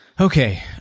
Okay